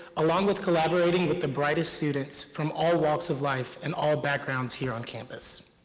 along with collaborating with the brightest students from all walks of life and all backgrounds here on campus.